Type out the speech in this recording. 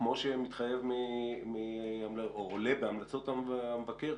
כמו שעולה מהמלצות המבקר,